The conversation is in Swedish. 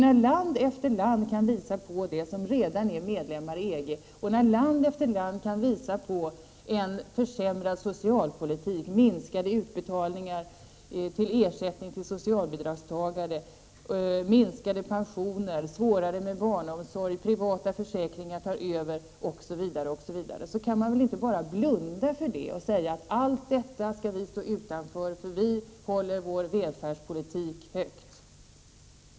När land efter land som redan är medlemmar i EG kan visa på det, och när land efter land kan visa på en försämrad socialpolitik, minskade utbetalningar till socialbidragstagare, minskade pensioner, svårare med barnomsorg, hur privata försäkringar tar över osv. osv., kan man väl inte blunda för detta och säga att allt det skall vi stå utanför, för vi håller vår välfärdspolitik högt.